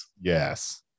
Yes